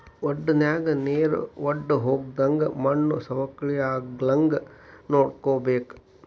ವಡನ್ಯಾಗ ನೇರ ವಡ್ದಹೊಗ್ಲಂಗ ಮಣ್ಣು ಸವಕಳಿ ಆಗ್ಲಂಗ ನೋಡ್ಕೋಬೇಕ